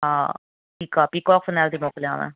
हा ठीक आहे पीकॉक फिनाइल थी मोकिलियांव